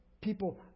people